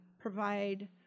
provide